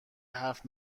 حرف